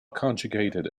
conjugated